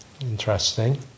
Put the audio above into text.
Interesting